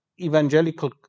evangelical